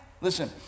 Listen